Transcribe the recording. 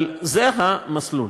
אבל זה המסלול.